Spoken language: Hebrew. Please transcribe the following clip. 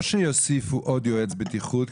לא שיוסיפו עוד יועץ בטיחות,